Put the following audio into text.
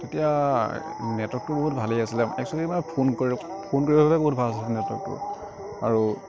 তেতিয়া নেটৰ্ৱকটো বহুত ভালেই আছিলে একচুৱেলী মানে ফোন কৰিব ফোন কৰিবৰ বাবে বহুত ভাল আছিলে নেটৰ্ৱকটো আৰু